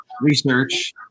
research